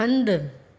हंधु